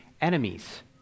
enemies